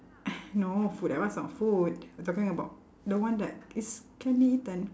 !hais! no food that one is not food we're talking about the one that is can be eaten